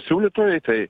siūlytojai tai